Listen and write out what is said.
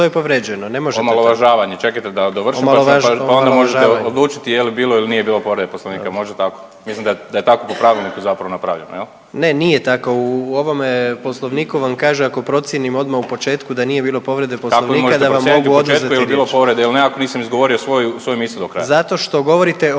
Omalovažavanje, čekajte da dovršim pa onda možete odlučiti … …/Upadica: Omalovažavanje./… … je li bilo ili nije bilo povrede Poslovnika. Može tako? Mislim da je tako po pravilniku zapravo napravljeno jel? …/Upadica: Ne nije tako, u ovome Poslovniku vam kaže ako procijenim odmah u početku da nije bilo povrede Poslovnika da vam mogu oduzeti riječ./… Kako mi možete